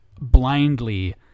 blindly